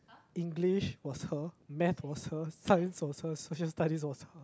English was her maths was her science was her Social-Studies was